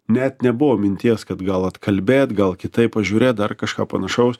net nebuvo minties kad gal atkalbėt gal kitaip pažiūrėt dar kažką panašaus